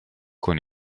con